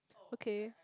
okay